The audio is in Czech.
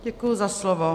Děkuji za slovo.